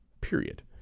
period